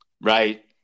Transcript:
Right